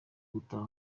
gutaha